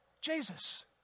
Jesus